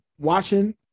watching